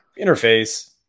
interface